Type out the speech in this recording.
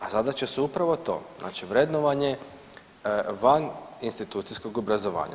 A zadaće su upravo to znači vrednovanje van institucijskog obrazovanja.